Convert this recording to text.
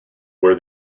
where